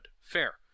Fair